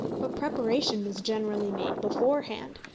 but preparation was generally made beforehand,